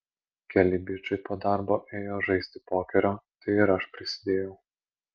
keli bičai po darbo ėjo žaisti pokerio tai ir aš prisidėjau